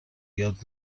یاد